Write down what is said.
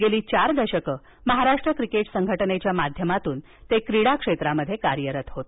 गेली चार दशके महाराष्ट्र क्रिकेट संघटनेच्या माध्यमातून ते क्रीडा क्षेत्रात कार्यरत होते